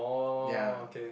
ya